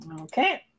Okay